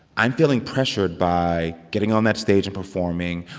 i'm feeling pressured by getting on that stage and performing.